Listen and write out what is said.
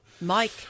Mike